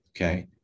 okay